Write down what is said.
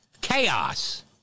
chaos